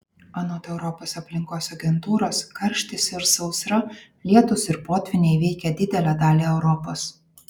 anot europos aplinkos agentūros karštis ir sausra lietūs ir potvyniai veikia didelę dalį europos